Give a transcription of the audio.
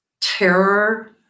terror